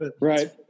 Right